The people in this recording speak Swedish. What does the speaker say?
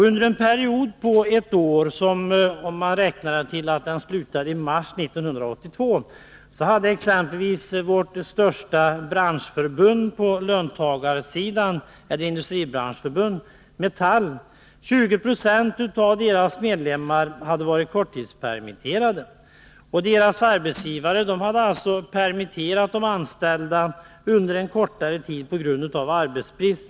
Under en period på ett år, som slutade i mars 1982, hade exempelvis vårt största industribranschförbund på löntagarsidan, Metall, 20 76 av sina medlemmar korttidspermitterade. Deras arbetsgivare hade alltså permitterat de anställda under en kortare tid på grund av arbetsbrist.